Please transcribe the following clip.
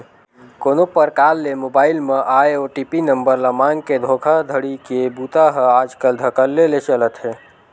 कोनो परकार ले मोबईल म आए ओ.टी.पी नंबर ल मांगके धोखाघड़ी के बूता ह आजकल धकल्ले ले चलत हे